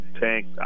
Tank